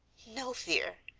no fear,